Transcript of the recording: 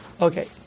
Okay